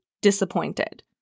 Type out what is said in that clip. disappointed